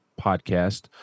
podcast